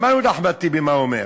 שמענו את אחמד טיבי, מה הוא אומר.